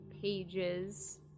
pages